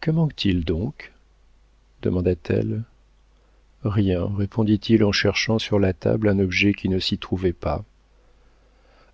que manque-t-il donc demanda-t-elle rien répondit-il en cherchant sur la table un objet qui ne s'y trouvait pas